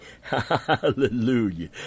Hallelujah